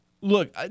Look